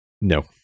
No